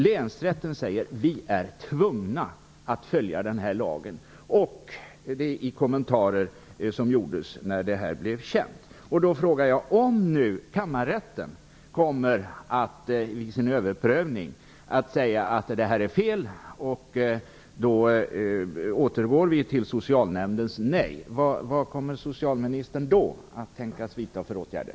Länsrättens kommentar, efter att detta fall blev känt, var: Vi är tvungna att följa lagen. Om kammarrätten i sin överprövning säger att detta är fel och man återgår till socialnämndens nej, vad kommer socialministern då att tänkas vidta för åtgärder?